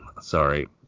sorry